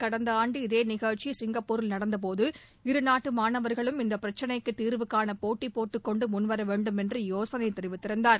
கடந்த ஆண்டு இதே நிகழ்ச்சி சிங்கப்பூரில் நடந்தபோது இருநாட்டு மாணவர்களும் இந்த பிரச்சனைக்கு தீர்வு காண போட்டிபோட்டு கொண்டு முன்வர வேண்டும் என்று யோசனை தெரிவித்திருந்தார்